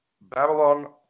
Babylon